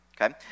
okay